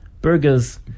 burgers